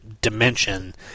dimension